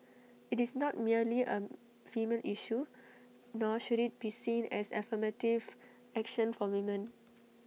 IT is not merely A female issue nor should IT be seen as affirmative action for women